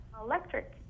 electric